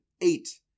eight